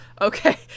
Okay